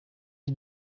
die